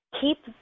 keep